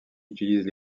utilise